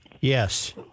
Yes